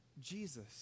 Jesus